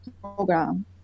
program